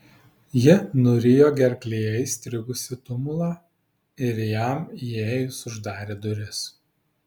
ji nurijo gerklėje įstrigusį tumulą ir jam įėjus uždarė duris